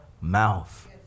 mouth